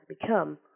become